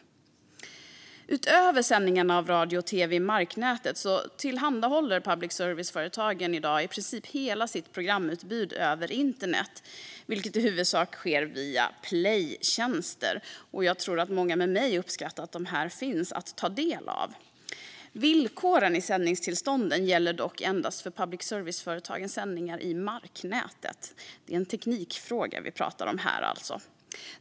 Innehållsvillkor för public service på internet Utöver sändningarna av radio och tv i marknätet tillhandahåller public service-företagen i dag i princip hela sitt programutbud över internet, vilket i huvudsak sker via playtjänster. Jag tror att många med mig uppskattar att de finns att ta del av. Villkoren i sändningstillstånden gäller dock endast för public service-företagens sändningar i marknätet. Det är en teknikfråga vi pratar om här, alltså.